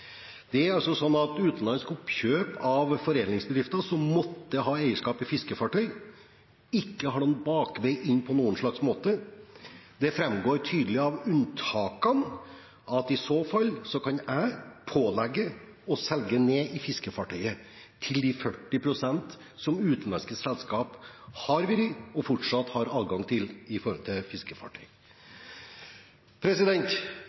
utenlandske oppkjøp av foredlingsbedrifter som måtte ha eierskap i fiskefartøy, har man ikke noen bakvei inn på noen slags måte. Det framgår tydelig av unntakene at i så fall kan jeg pålegge å selge ned i fiskefartøyet til de 40 pst. som utenlandske selskap har hatt og fortsatt har adgang til